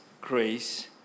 grace